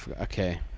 Okay